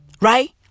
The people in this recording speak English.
right